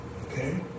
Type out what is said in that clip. okay